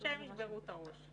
ושהם ישברו את הראש.